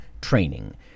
training